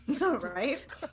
right